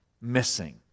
missing